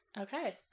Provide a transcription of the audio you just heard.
Okay